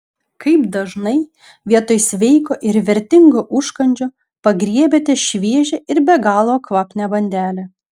kaip dažnai vietoj sveiko ir vertingo užkandžio pagriebiate šviežią ir be galo kvapnią bandelę